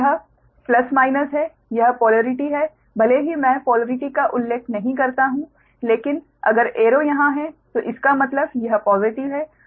तो यह plus minus है यह पोलरिटी है भले ही मैं पोलरिटी का उल्लेख नहीं करता हूं लेकिन अगर एरो यहां है तो इसका मतलब यह पॉज़िटिव है